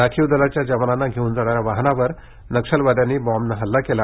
राखीव दलाच्या जवानांना घेऊन जाणाऱ्या वाहनावर नक्षलवाद्यांनी बॉम्बहल्ला केला